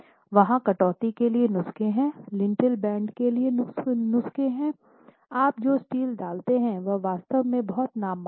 वहां कटौती के लिए नुस्खे हैं लिंटेल बैंड के लिए नुस्खे हैं आप जो स्टील डालते हैं वह वास्तव में बहुत नाम मात्र हैं